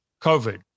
COVID